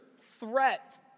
threat